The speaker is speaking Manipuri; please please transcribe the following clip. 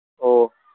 ꯑꯣ